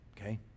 okay